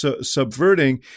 subverting